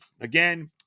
again